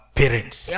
parents